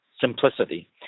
simplicity